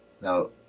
now